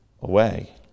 away